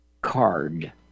card